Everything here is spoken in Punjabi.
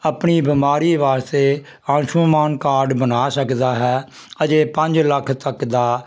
ਆਪਣੀ ਬਿਮਾਰੀ ਵਾਸਤੇ ਆਯੂਸ਼ਮਾਨ ਕਾਰਡ ਬਣਾ ਸਕਦਾ ਹੈ ਅਜੇ ਪੰਜ ਲੱਖ ਤੱਕ ਦਾ